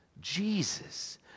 Jesus